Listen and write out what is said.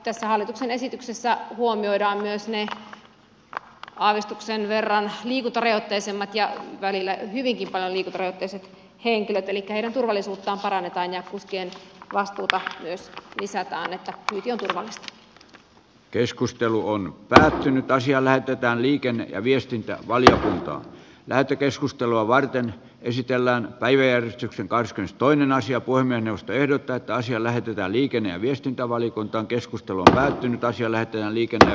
tässä hallituksen esityksessä huomioidaan myös ne aavistuksen verran liikuntarajoitteisemmat ja välillä hyvinkin paljon liikuntarajoitteiset henkilöt elikkä heidän turvallisuuttaan parannetaan ja kuskien vastuuta myös lisätään niin että kyyti on päättynyt ja asia lähetetään liikenne ja viestintävaliokuntaan lähetekeskustelua varten esitellään vaijeri katkes toinen asia kuin ennusteiden kautta asia lähetetään liikenne ja viestintävaliokuntaankeskustelu mitä siellä turvallista